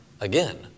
again